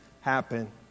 happen